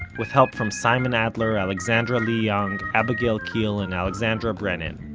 with help from simon adler, alexandra lee young, abigial keel and alexandra brenin.